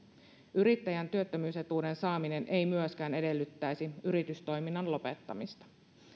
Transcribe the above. yrittäjän työttömyysetuuden saaminen ei myöskään edellyttäisi yritystoiminnan lopettamista